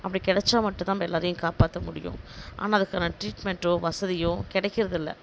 அப்படி கிடச்சா மட்டும் தான் நம்ம எல்லோரையும் காப்பாற்ற முடியும் ஆனால் அதுக்கான ட்ரீட்மெண்ட்டோ வசதியோ கிடைக்கிறதில்ல